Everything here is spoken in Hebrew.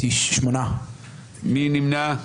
מי נמנע?